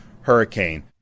hurricane